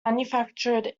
manufactured